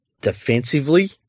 defensively